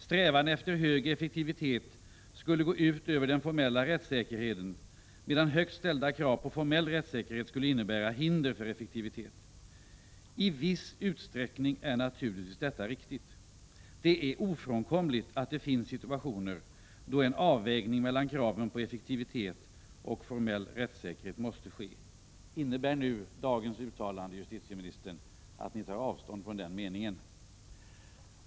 Strävan efter hög effektivitet skulle gå ut över den formella rättssäkerheten medan högt ställda krav på formell rättssäkerhet skulle innebära hinder för effektivitet. I viss utsträckning är naturligtvis detta riktigt. Det är ofrånkomligt att det finns situationer då en avvägning mellan kraven på effektivitet och formell rättssäkerhet måste ske.” Innebär dagens uttalande, justitieministern, att ni tar avstånd från denna mening?